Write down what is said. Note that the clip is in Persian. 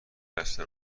اصلا